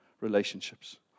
relationships